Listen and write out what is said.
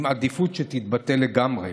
עם עדיפות שתתבטל לגמרי.